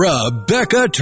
Rebecca